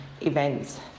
events